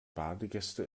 badegäste